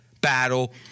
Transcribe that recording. battle